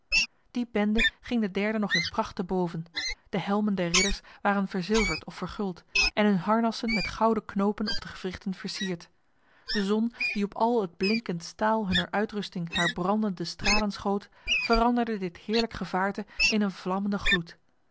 die bende ging de derde nog in pracht te boven de helmen der ridders waren verzilverd of verguld en hun harnassen met gouden knopen op de gewrichten versierd de zon die op al het blinkend staal hunner uitrusting haar brandende stralen schoot veranderde dit heerlijk gevaarte in een vlammende gloed